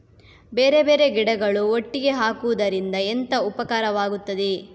ಬೇರೆ ಬೇರೆ ಗಿಡಗಳು ಒಟ್ಟಿಗೆ ಹಾಕುದರಿಂದ ಎಂತ ಉಪಕಾರವಾಗುತ್ತದೆ?